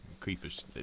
creepers